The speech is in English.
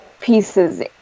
pieces